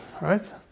right